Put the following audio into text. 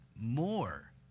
more